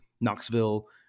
Knoxville